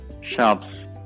shops